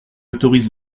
autorise